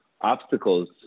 obstacles